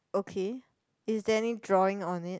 okay is there any drawing on it